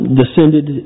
descended